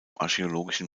archäologischen